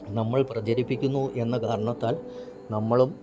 നമ്മൾ പ്രചരിപ്പിക്കുന്നൂ എന്ന കാരണത്താൽ നമ്മളും